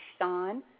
Sean